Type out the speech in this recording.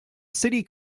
city